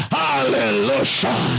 hallelujah